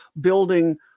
building